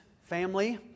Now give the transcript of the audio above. family